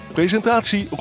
Presentatie